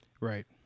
Right